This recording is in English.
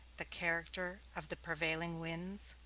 the character of the prevailing winds,